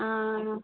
ആ